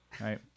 right